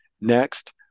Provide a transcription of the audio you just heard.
Next